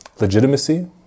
legitimacy